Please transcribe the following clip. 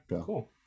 cool